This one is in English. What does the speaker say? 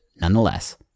nonetheless